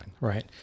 Right